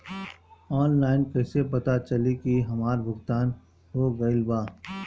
Online कईसे पता चली की हमार भुगतान हो गईल बा?